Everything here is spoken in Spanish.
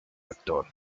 actor